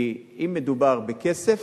כי אם מדובר בכסף,